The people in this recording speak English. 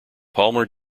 palmer